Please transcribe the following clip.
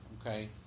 Okay